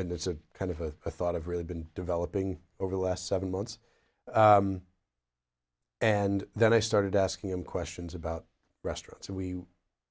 and it's a kind of a thought of really been developing over the last seven months and then i started asking him questions about restaurants we